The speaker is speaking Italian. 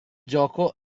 gioco